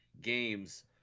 games